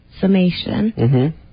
summation